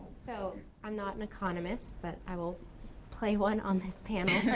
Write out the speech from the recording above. so i'm not an economist, but i will play one on this panel